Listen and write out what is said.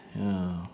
ya